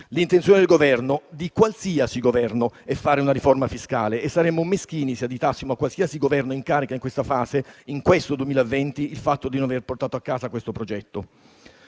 L'intenzione del Governo, di qualsiasi Governo, è fare una riforma fiscale. Saremmo meschini se addebitassimo a qualsiasi Governo in carica in questa fase, in questo 2020, il fatto di non aver portato a casa questo progetto.